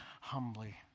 humbly